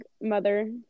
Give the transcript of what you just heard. mother